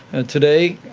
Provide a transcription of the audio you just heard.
and today,